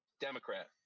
democrat